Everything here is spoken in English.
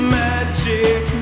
magic